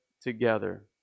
together